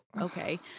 okay